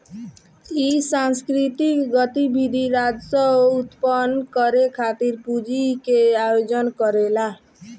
इ सांस्कृतिक गतिविधि राजस्व उत्पन्न करे खातिर पूंजी के आयोजन करेला